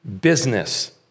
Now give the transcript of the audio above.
business